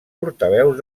portaveus